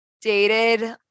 dated